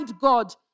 God